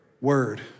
Word